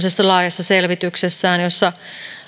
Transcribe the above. laajassa selvityksessään jossa